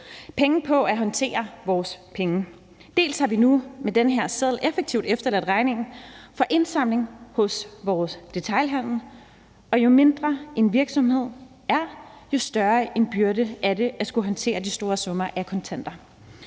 nok på at håndtere vores penge, dels har vi nu med den her seddel effektivt efterladt regningen for indsamling hos vores detailhandel. Og jo mindre en virksomhed er, jo større en byrde er det at skulle håndtere de store summer af kontanter.